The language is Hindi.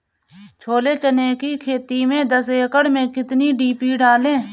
छोले चने की खेती में दस एकड़ में कितनी डी.पी डालें?